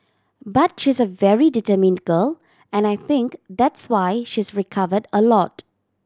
but she's a very determined girl and I think that's why she's recovered a lot